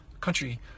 country